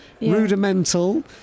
Rudimental